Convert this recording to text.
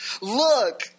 Look